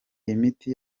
imiti